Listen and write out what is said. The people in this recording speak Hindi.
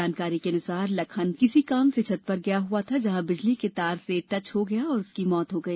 जानकारी के अनुसार लखन किसी काम से छत पर गया जहाँ बिजली के तार से टच हो गया जिससे उसकी मौत हो गई